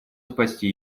спасти